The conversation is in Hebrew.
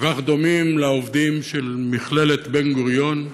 כל כך דומים לעובדים של מכללת בן-גוריון,